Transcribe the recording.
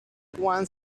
again